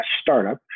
startup